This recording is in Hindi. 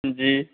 जी